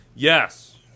Yes